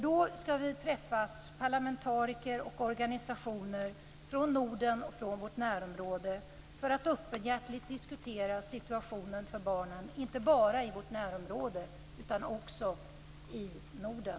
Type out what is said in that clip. Då skall vi träffas, parlamentariker och organisationer från Norden och från vårt närområde, för att öppenhjärtigt diskutera situationen för barnen, inte bara i vårt närområde utan också i Norden.